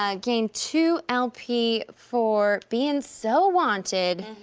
ah gain two lp for bein' so wanted.